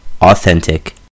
authentic